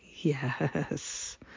Yes